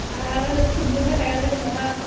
आरो थोबनो थाखाय आरो माबा